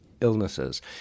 illnesses